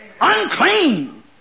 unclean